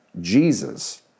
Jesus